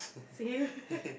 serious